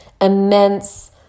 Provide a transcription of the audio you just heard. immense